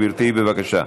גברתי, בבקשה.